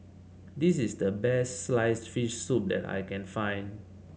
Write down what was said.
this is the best sliced fish soup that I can find